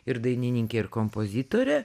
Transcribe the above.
ir dainininkė ir kompozitorė